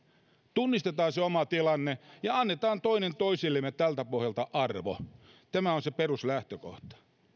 tunnistetaan se oma tilanteemme ja annetaan toinen toisillemme tältä pohjalta arvo tämä on se peruslähtökohta